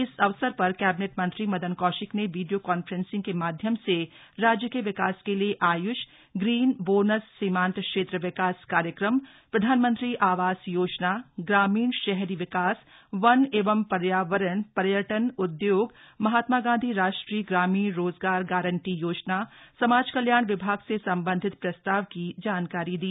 इस अवसर पर कैबिनेट मंत्री मदन कौशिक ने वीडियो कॉन्फ्रेंसिंग के माध्यम से राज्य के विकास के लिए आय्ष ग्रीन बोनस सीमान्त क्षेत्र विकास कार्यक्रम प्रधानमंत्री आवास योजना ग्रामीण शहरी विकास वन एवं पर्यावरण पर्यटन उद्योग महात्मा गांधी राष्ट्रीय ग्रामीण रोजगार गांरटी योजना समाज कल्याण विभाग से सम्बन्धित प्रस्ताव की जानकारी दी